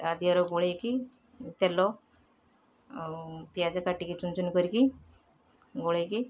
ତା ଦେହର ଗୋଳେଇକି ତେଲ ଆଉ ପିଆଜ କାଟିକି ଚୁନ ଚୁନ କରିକି ଗୋଳେଇକି